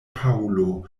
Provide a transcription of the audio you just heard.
paŭlo